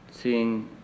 seeing